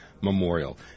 Memorial